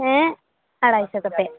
ᱦᱮᱸ ᱟᱲᱟᱭᱥᱚ ᱠᱟᱛᱮᱫ